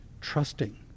trusting